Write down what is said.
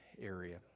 area